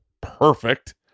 perfect